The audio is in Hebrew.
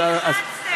מה נלחצתם?